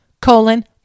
colon